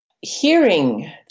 Hearing